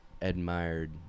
admired